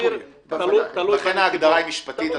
לכן ההגדרה היא משפטית.